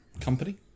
company